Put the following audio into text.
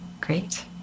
Great